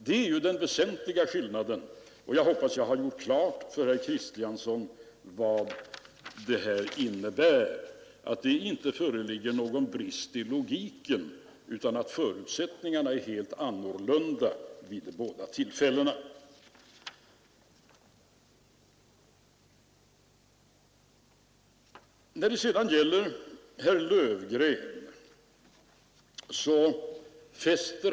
Det är den väsentliga skillnaden, och jag hoppas jag har gjort klart för herr Kristiansson vad det här innebär: det föreligger inte någon brist i logiken, utan förutsättningarna är helt annorlunda vid de båda tillfällena. Jag skall sedan beröra vad herr Löfgren anförde.